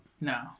No